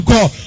God